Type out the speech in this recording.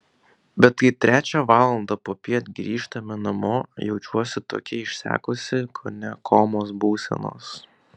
bet kai trečią valandą popiet grįžtame namo jaučiuosi tokia išsekusi kone komos būsenos